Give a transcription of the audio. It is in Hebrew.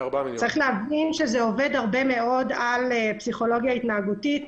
זה עובד הרבה מאוד על פסיכולוגיה התנהגותית.